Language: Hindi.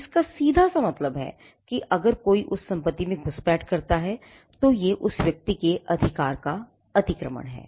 इसका सीधा सा मतलब है कि अगर कोई उस संपत्ति में घुसपैठ करता है तो ये उस व्यक्ति के अधिकार का अतिक्रमण है